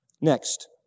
Next